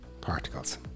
particles